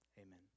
Amen